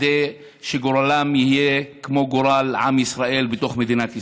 כדי שגורלם יהיה כמו עם ישראל בתוך מדינת ישראל.